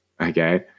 Okay